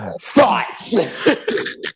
thoughts